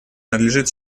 надлежит